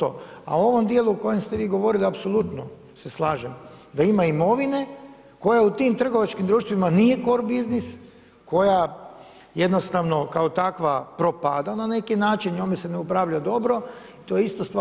A u ovom dijelu o kojem ste govorili apsolutno se slažem da ima imovine koja u tim trgovačkim društvima nije core business, koja jednostavno kao takva propada na neki način, njome se ne upravlja dobro, to je ista stvar.